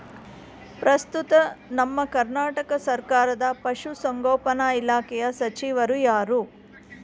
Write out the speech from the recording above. ಪ್ರಸ್ತುತ ನಮ್ಮ ಕರ್ನಾಟಕ ಸರ್ಕಾರದ ಪಶು ಸಂಗೋಪನಾ ಇಲಾಖೆಯ ಸಚಿವರು ಯಾರು?